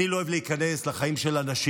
אני לא אוהב להיכנס לחיים של אנשים,